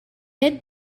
hid